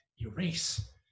erase